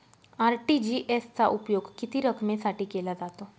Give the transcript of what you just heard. RTGS चा उपयोग किती रकमेसाठी केला जातो?